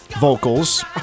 vocals